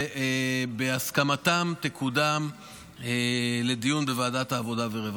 ובהסכמתם תקודם לדיון בוועדת העבודה והרווחה.